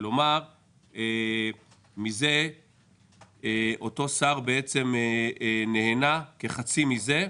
כלומר מזה אותו שר בעצם נהנה כחצי מזה,